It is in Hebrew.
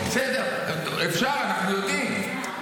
בסדר, אפשר, אנחנו יודעים.